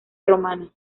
romana